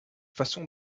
façon